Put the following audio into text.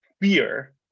fear